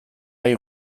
ari